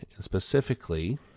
Specifically